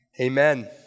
Amen